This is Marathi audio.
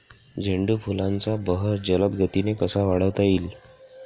झेंडू फुलांचा बहर जलद गतीने कसा वाढवता येईल?